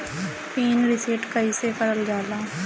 Pin reset कईसे करल जाला?